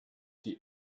die